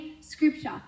scripture